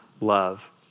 love